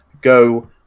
go